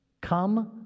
Come